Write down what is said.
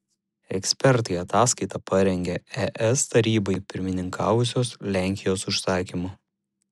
ekspertai ataskaitą parengė es tarybai pirmininkavusios lenkijos užsakymu